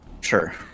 Sure